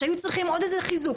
שהיו צריכים עוד איזה חיזוק.